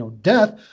death